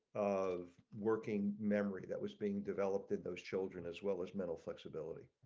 of working memory that was being developed that those children as well as mental flexibility.